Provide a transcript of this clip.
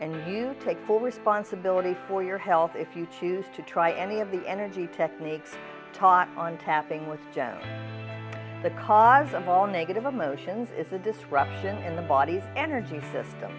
and you take full responsibility for your health if you choose to try any of the energy techniques taught on tapping with the cause of all negative emotions is a disruption in the body's energy system